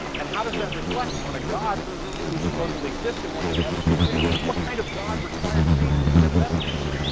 and how does that reflect on a god who supposedly exists and wants you to have this information? what kind of god require faith instead of evidence?